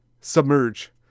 submerge